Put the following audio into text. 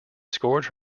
scored